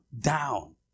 down